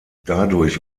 dadurch